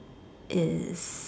is